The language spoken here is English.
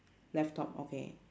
left top okay